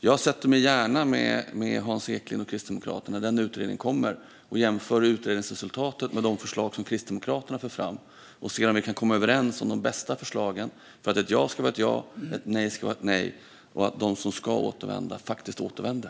Jag sätter mig gärna med Hans Eklind och Kristdemokraterna när den utredningen kommer med sitt resultat. Vi kan jämföra det med de förslag som Kristdemokraterna för fram och se om vi kan komma överens om de bästa förslagen för att ett ja ska vara ett ja, för att ett nej ska vara ett nej och för att de som ska återvända faktiskt återvänder.